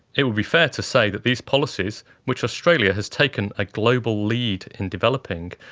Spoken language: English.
it would be fair to say that these policies, which australia has taken a global lead in developing,